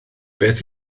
beth